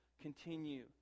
continue